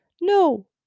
No